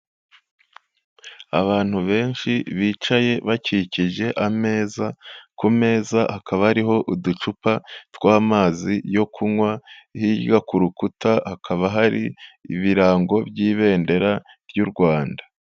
Abantu benshi bicaye bakikije ameza, ku meza hakaba hariho uducupa tw'amazi yo kunywa, hirya ku rukuta hakaba hari ibirango by'ibendera ry'u Rwanda.